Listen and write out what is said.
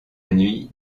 nuit